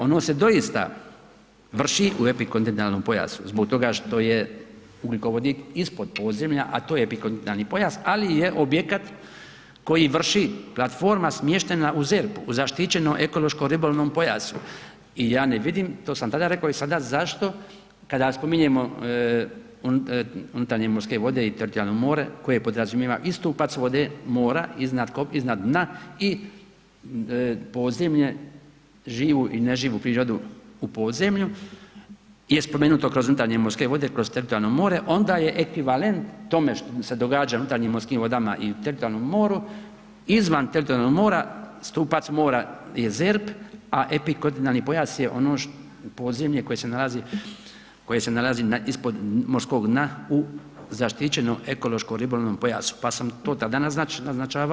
Ono se doista vrši u epikontinentalnom pojasu zbog toga što je ugljikovodik ispod podzemlja, a to je epikontinentalni pojas, ali je objekat koji vrši platforma smještena u ZERP-u, zaštićenom ekološko-ribolovnom pojasu i ja ne vidim, to sam tada rekao i sada, zašto kada spominjemo unutarnje morske vode i teritorijalno more koje podrazumijeva istu … vode mora iznad dna i podzemlje, živu i neživu prirodu u podzemlju je spomenuto kroz unutarnje morske vode, kroz teritorijalno more onda je ekvivalent tome što se događa u unutarnjim morskim vodama i teritorijalnom moru izvan teritorijalnog mora stupac mora je ZERP, a epikontinentalni pojas je ono podzemlje koje se nalazi ispod morskog dna u zaštićenom ekološko-ribolovnom pojasu, pa sam to tada naznačavao.